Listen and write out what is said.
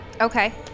Okay